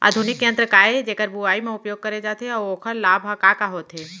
आधुनिक यंत्र का ए जेकर बुवाई म उपयोग करे जाथे अऊ ओखर लाभ ह का का होथे?